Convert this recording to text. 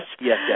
Yes